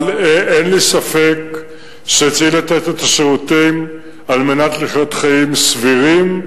אבל אין לי ספק שצריך לתת את השירותים על מנת לחיות חיים סבירים,